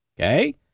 okay